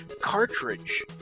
cartridge